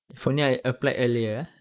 if only I applied earlier ah